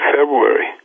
February